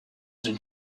une